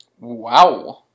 Wow